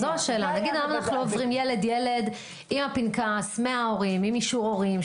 למה עוברים ילד-ילד עם הפנקס מההורים עם אישור הורים,